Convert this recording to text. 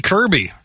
Kirby